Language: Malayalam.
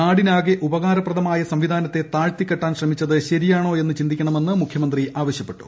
നാടിനാകെ ഉപകാരപ്രദമായ സംവിധാനത്തെ താഴ്ത്തിക്കെട്ടാൻ ശ്രമിച്ചത് ശരിയാണോ എന്ന് ചിന്തിക്കണമെന്ന് മുഖ്യമന്ത്രി ആവശ്യപ്പെട്ടു